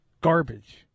Garbage